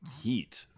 heat